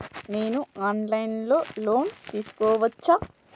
నేను online లో loan తీసుకోవచ్చా?